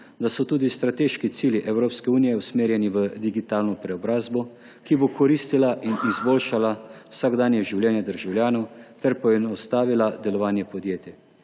da so tudi strateški cilji Evropske unije usmerjeni v digitalno preobrazbo, ki bo koristila in izboljšala vsakdanje življenje državljanov ter poenostavila delovanje podjetij.